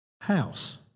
house